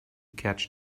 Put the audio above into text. catch